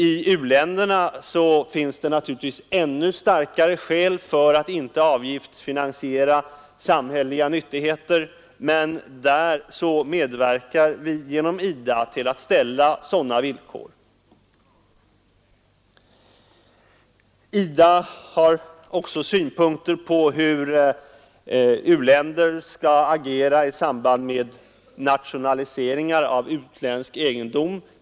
I u-länderna finns det naturligtvis ännu starkare skäl för att inte avgiftsfinansiera samhälleliga nyttigheter, men där medverkar vi genom IDA att ställa sådana villkor. IDA har också synpunkter på hur u-länder skall agera i samband med nationaliseringar av utländsk egendom.